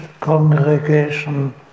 congregation